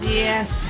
yes